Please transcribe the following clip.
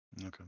Okay